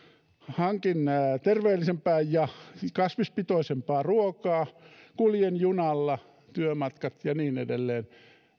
hankin terveellisempää ja kasvispitoisempaa ruokaa kuljen junalla työmatkat ja niin edelleen